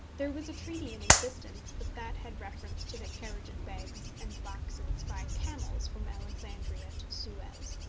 there was a treaty in existence, but that had reference to the carriage of bags and boxes by camels from alexandria to suez.